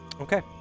Okay